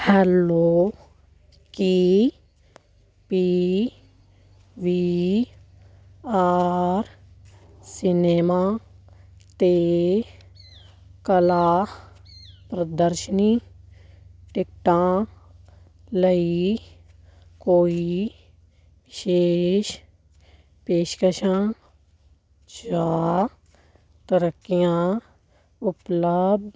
hello ਕੀ P V R cinema 'ਤੇ ਕਲਾ ਪ੍ਰਦਰਸ਼ਨੀ ਟਿਕਟਾਂ ਲਈ ਕੋਈ ਵਿਸ਼ੇਸ਼ ਪੇਸ਼ਕਸ਼ਾਂ ਜਾਂ ਤਰੱਕੀਆਂ ਉਪਲੱਬਧ